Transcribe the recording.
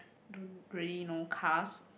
don't really know cast